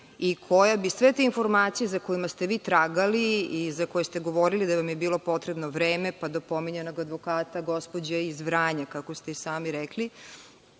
i koja bi sve te informacije za kojima ste vi tragali i za koje ste govorili da vam je bilo potrebno vreme, pa do pominjanog advokata gospođe iz Vranja, kako ste i sami rekli,